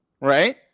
Right